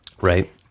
right